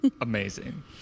Amazing